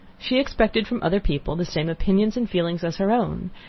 she expected from other people the same opinions and feelings as her own,